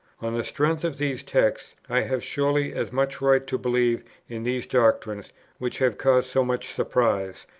on the strength of these texts, i have surely as much right to believe in these doctrines which have caused so much surprise,